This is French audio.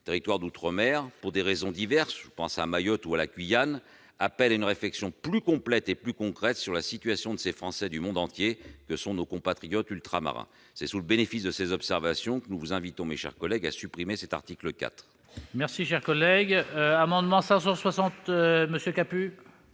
territoires d'outre-mer, pour des raisons diverses- je pense à Mayotte ou à la Guyane -, appellent une réflexion plus complète et plus concrète sur la situation de ces Français du monde entier que sont nos compatriotes ultramarins. C'est sous le bénéfice de ces observations que nous vous invitons, mes chers collègues, à supprimer l'article 4. La parole est à M.